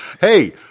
Hey